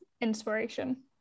inspiration